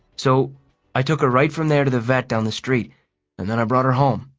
so i took her right from there to the vet down the street and then i brought her home.